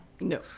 No